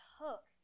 hook